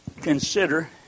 consider